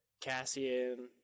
Cassian